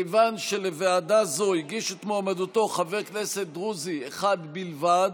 מכיוון שלוועדה זו הגיש את מועמדותו חבר כנסת דרוזי אחד בלבד,